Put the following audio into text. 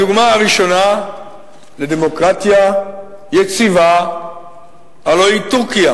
הדוגמה הראשונה לדמוקרטיה יציבה הלוא היא טורקיה.